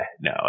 No